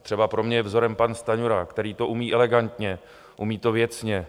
Třeba pro mě je vzorem pan Stanjura, který to umí elegantně, umí to věcně.